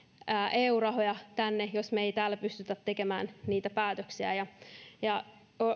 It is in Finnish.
eu rahoja tänne jos me emme täällä pysty tekemään niitä päätöksiä